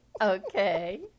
Okay